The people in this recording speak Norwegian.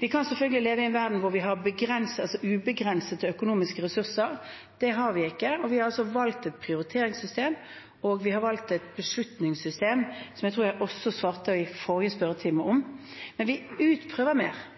Vi kunne selvfølgelig ha levd i en verden hvor vi har ubegrensede økonomiske ressurser. Det har vi ikke, og vi har altså valgt et prioriteringssystem, og vi har valgt et beslutningssystem, som jeg tror jeg også svarte på spørsmål om i forrige spørretime. Vi prøver ut mer,